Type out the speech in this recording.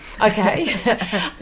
Okay